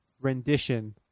rendition